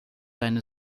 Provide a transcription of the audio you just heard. deine